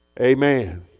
amen